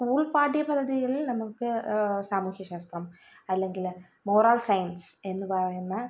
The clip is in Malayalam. സ്കൂൾ പാഠ്യ പദ്ധതിയിൽ നമുക്ക് സാമൂഹ്യശാസ്ത്രം അല്ലെങ്കിൽ മോറൽ സയൻസ് എന്ന് പറയുന്ന